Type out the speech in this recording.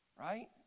right